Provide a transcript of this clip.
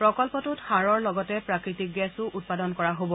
প্ৰকল্পটোত সাৰৰ লগতে প্ৰাকৃতিক গেছো উৎপাদন কৰা হ'ব